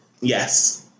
yes